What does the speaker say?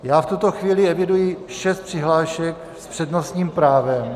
Já v tuto chvíli eviduji šest přihlášek s přednostním právem.